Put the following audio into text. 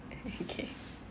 okay